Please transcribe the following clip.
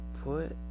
put